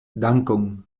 dankon